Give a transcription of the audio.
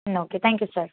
ம் okay thank you sir